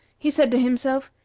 he said to himself,